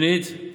שנית,